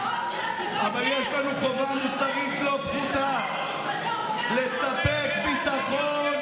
אבל יש לנו חובה מוסרית לא פחותה לספק ביטחון,